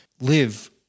live